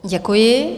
Děkuji.